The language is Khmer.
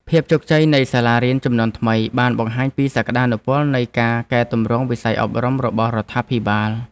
ភាពជោគជ័យនៃសាលារៀនជំនាន់ថ្មីបានបង្ហាញពីសក្តានុពលនៃការកែទម្រង់វិស័យអប់រំរបស់រដ្ឋាភិបាល។